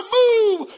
move